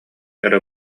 эрэ